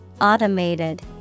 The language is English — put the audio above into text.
Automated